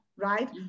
Right